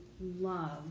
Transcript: love